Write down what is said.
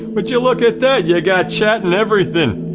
but you look at that, you got chat and everything.